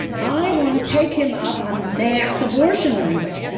i want to take him up on mass abortion language.